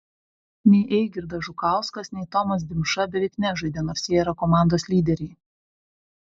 nei eigirdas žukauskas nei tomas dimša beveik nežaidė nors jie yra komandos lyderiai